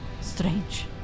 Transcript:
Strange